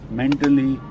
mentally